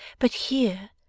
but here,